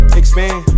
expand